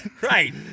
Right